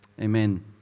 Amen